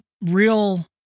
real